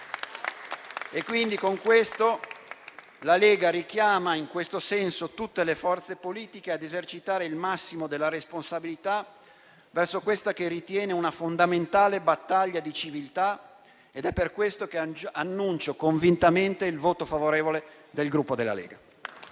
La Lega richiama in questo senso tutte le forze politiche ad esercitare il massimo della responsabilità verso questa fondamentale battaglia di civiltà. È per questo che annuncio convintamente il voto favorevole del Gruppo della Lega.